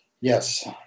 Yes